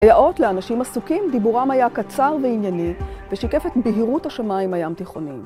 כיאות לאנשים עסוקים דיבורם היה קצר וענייני, ושיקף את בהירות השמיים הים תיכוניים.